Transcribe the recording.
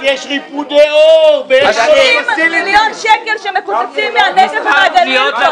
90 מיליון שקל שמקוצץ מנגב וגליל,